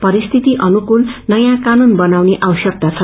परिस्थिति अनुकूल नयाँ कानून बनाउने आवश्यकता छ